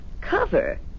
Cover